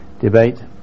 debate